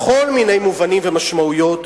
בכל מיני מובנים ומשמעויות,